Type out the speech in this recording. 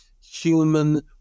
human